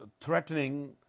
threatening